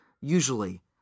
usually